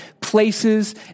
places